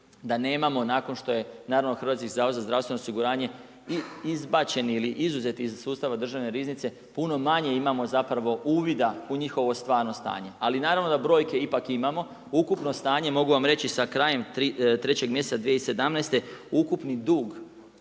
da nemamo nakon što je Hrvatski zavod za zdravstveno osiguranje izbačeni ili izuzeto iz sustava državne riznice, puno manji imamo, zapravo uvida u njihovo stvarno stanje. Ali, naravno, da brojke ipak imamo. Ukupno stanje, mogu vam reći sa krajem 3 mjeseca 2017. ukupni dug,